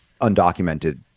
undocumented